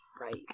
Right